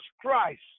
Christ